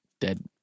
dead